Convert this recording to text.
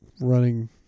running